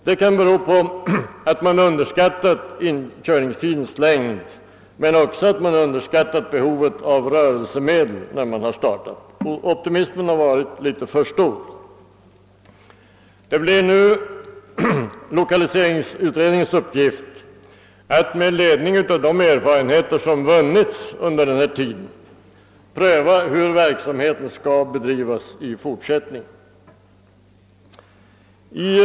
Det kan bero på att man vid starten underskattat både inkörningstidens längd och behovet av rörelsemedel. Optimismen har varit litet för stor. Det blir nu lokaliseringsutredningens uppgift att med ledning av de erfarenheter som vunnits under denna tid pröva hur verksamheten i fortsättningen skall bedrivas.